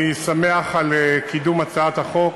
אני שמח על קידום הצעת החוק,